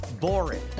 boring